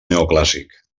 neoclàssic